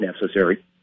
necessary